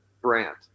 brand